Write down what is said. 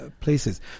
places